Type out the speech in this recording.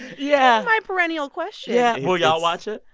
yeah my perennial question yeah. will y'all watch it?